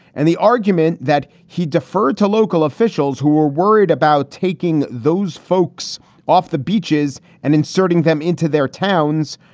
and the argument that he deferred to local officials who were worried about taking those folks off the beaches and inserting them into their towns.